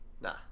Nah